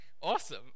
awesome